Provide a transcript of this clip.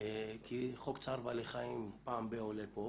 כי חוק צער בעלי חיים עולה כאן פעם בזמן מה,